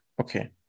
okay